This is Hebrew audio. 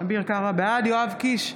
יואב קיש,